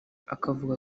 akavuga